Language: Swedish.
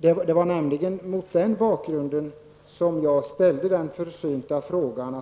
Det var mot denna bakgrund som jag ställde den försynta frågan.